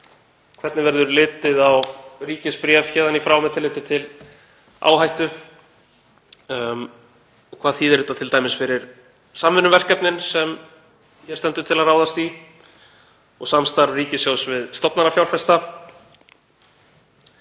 Hvernig verður litið á ríkisbréf héðan í frá með tilliti til áhættu? Hvað þýðir þetta t.d. fyrir samvinnuverkefnin sem hér stendur til að ráðast í og samstarf ríkissjóðs við stofnanafjárfesta?